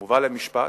מובא למשפט,